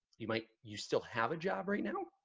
you might, you still have a job right now?